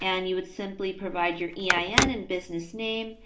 and you would simply provide your yeah ah ein and business name